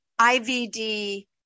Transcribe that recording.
IVD